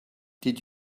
did